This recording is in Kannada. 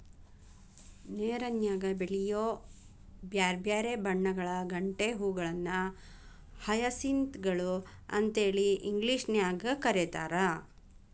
ನೇರನ್ಯಾಗ ಬೆಳಿಯೋ ಬ್ಯಾರ್ಬ್ಯಾರೇ ಬಣ್ಣಗಳ ಗಂಟೆ ಹೂಗಳನ್ನ ಹಯಸಿಂತ್ ಗಳು ಅಂತೇಳಿ ಇಂಗ್ಲೇಷನ್ಯಾಗ್ ಕರೇತಾರ